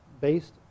based